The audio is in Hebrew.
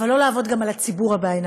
אבל לא לעבוד גם על הציבור בעיניים.